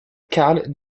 karl